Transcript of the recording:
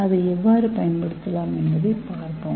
அதை எவ்வாறு பயன்படுத்தலாம் என்பதைப் பார்ப்போம்